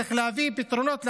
צריך להביא פתרונות לאנשים.